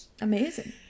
Amazing